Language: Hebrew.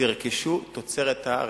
תרכשו תוצרת הארץ,